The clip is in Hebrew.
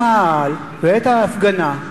המאהל ואת ההפגנה,